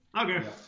Okay